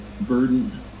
burden